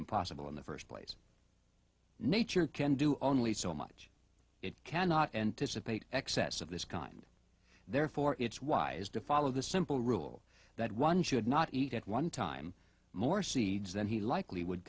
impossible in the first place nature can do only so much it cannot anticipate excess of this kind therefore it's wise to follow the simple rule that one should not eat at one time more seeds than he likely would